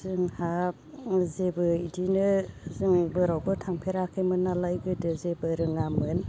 जोंहा जेबो इदिनो जों बोरावबो थांफेराखैमोन नालाय गोदो जेबो रोङामोन